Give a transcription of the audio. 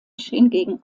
hingegen